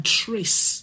trace